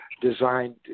designed